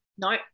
No